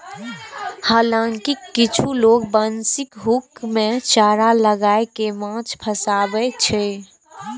हालांकि किछु लोग बंशीक हुक मे चारा लगाय कें माछ फंसाबै छै